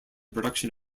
production